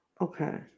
Okay